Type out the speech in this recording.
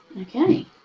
Okay